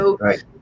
right